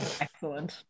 Excellent